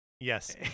Yes